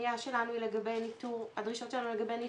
הפנייה שלנו לגבי ניתור אלקטרוני,